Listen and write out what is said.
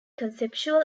conceptual